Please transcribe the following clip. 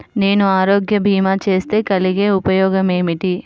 నేను ఆరోగ్య భీమా చేస్తే కలిగే ఉపయోగమేమిటీ?